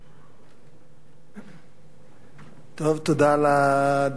טוב, תודה על הדקה.